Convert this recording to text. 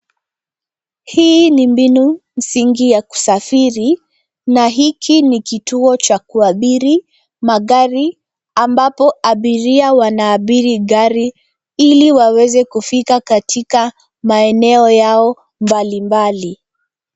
Hii ni mbinu msingi ya kusafiri na hiki ni kituo cha kuabiri magari ambapo abiria wanaabiri gari ili waweze kufika katika maeneo yao mbalimbali.